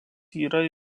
yra